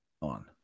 on